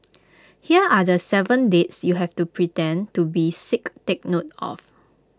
here are the Seven dates you have to pretend to be sick take note of